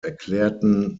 erklärten